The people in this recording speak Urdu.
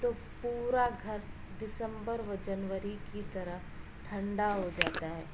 تو پورا گھر دسمبر و جنوری کی طرح ٹھنڈا ہو جاتا ہے